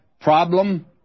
problem